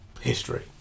history